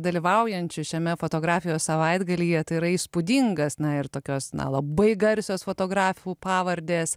dalyvaujančių šiame fotografijos savaitgalyje tai yra įspūdingas na ir tokios na labai garsios fotografų pavardės